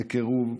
לקירוב.